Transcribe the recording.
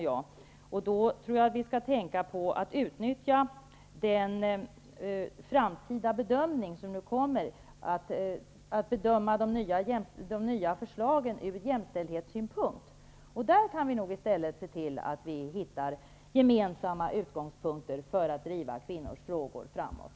Jag tror att vi skall utnyttja den framtida bedömningen av de nya förslagen från jämställdhetssynpunkt. Där kan vi i stället hitta gemensamma utgångspunkter för att driva kvinnors frågor framåt.